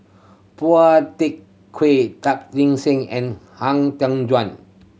Phua Seng and Han Tan Juan